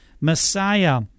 Messiah